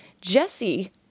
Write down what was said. Jesse